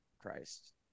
Christ